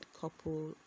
couple